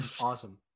Awesome